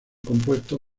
compuesto